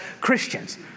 Christians